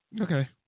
Okay